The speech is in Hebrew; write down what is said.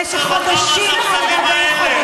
במשך חודשים על גבי חודשים,